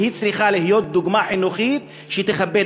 והיא צריכה להיות דוגמה חינוכית שתכבד